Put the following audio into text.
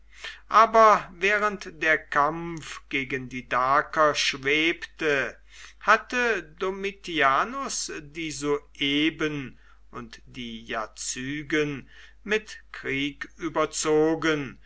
aber während der kampf gegen die daker schwebte hatte domitianus die sueben und die jazygen mit krieg überzogen